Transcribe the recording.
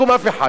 כולם יברחו,